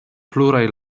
pluraj